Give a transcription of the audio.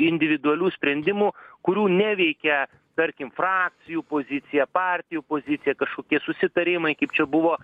individualių sprendimų kurių neveikia tarkim frakcijų pozicija partijų pozicija kažkokie susitarimai kaip čia buvo